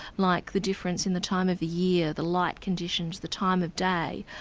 like the difference in the time of the year, the light conditions, the time of day,